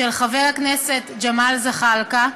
של חבר הכנסת ג'מאל זחאלקה,